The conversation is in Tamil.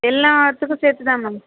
எல்லாத்துக்கும் சேர்த்து தான் மேம்